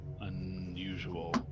unusual